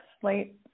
slate